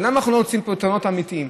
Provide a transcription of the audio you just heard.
למה אנחנו לא יוצרים פתרונות אמיתיים?